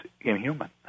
inhuman